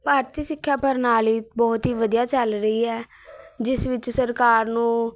ਭਾਰਤੀ ਸਿੱਖਿਆ ਪ੍ਰਣਾਲੀ ਬਹੁਤ ਹੀ ਵਧੀਆ ਚੱਲ ਰਹੀ ਹੈ ਜਿਸ ਵਿੱਚ ਸਰਕਾਰ ਨੂੰ